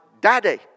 daddy